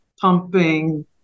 pumping